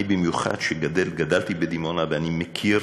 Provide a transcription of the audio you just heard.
אני במיוחד, שגדלתי בדימונה, ואני מכיר